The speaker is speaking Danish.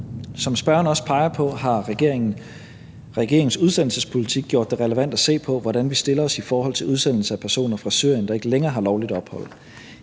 Som spørgeren også peger på, har regeringens udsendelsespolitik gjort det relevant at se på, hvordan vi stiller os i forhold til udsendelse af personer fra Syrien, der ikke længere har lovligt ophold.